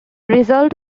result